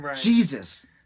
Jesus